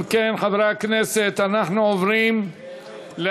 אם כן, חברי הכנסת, אנחנו עוברים להצבעה.